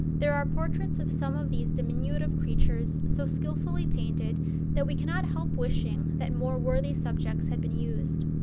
there are portraits of some of these diminutive creatures so skillfully painted that we cannot help wishing that more worthy subjects had been used.